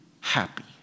happy